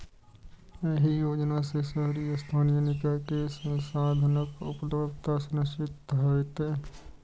एहि योजना सं शहरी स्थानीय निकाय कें संसाधनक उपलब्धता सुनिश्चित हेतै